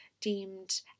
deemed